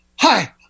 hi